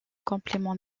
complément